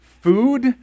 food